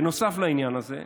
בנוסף לעניין הזה,